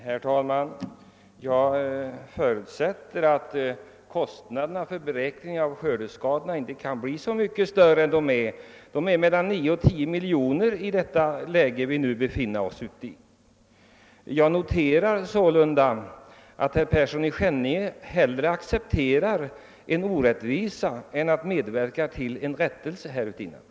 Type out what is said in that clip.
Herr talman! Jag förutsätter att kostnaderna för beräkning av skördeskador inte kan bli så mycket större än de nu är, nämligen mellan 9 och 10 miljoner kronor. Jag noterar sålunda att herr Persson i Skänninge hellre accepterar en orättvisa än medverkar till en rättelse härvidlag.